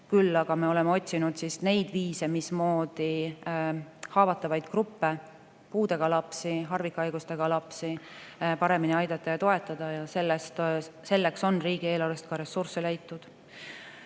Küll aga me oleme otsinud neid viise, mismoodi haavatavaid gruppe, puudega lapsi, harvikhaigustega lapsi paremini aidata ja toetada, ja selleks on riigieelarvest ka ressursse leitud.